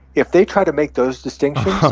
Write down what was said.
if they try to make those distinctions,